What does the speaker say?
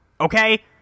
Okay